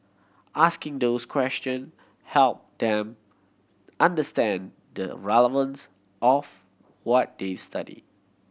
asking those question helped them understand the relevance of to what they study